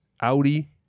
Audi